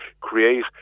create